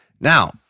Now